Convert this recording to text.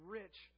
rich